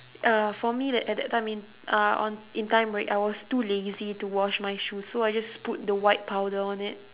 uh for me like at that time in uh on in time right I was too lazy to wash my shoes so I just put the white powder on it